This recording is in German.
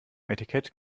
etikett